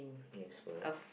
yes correct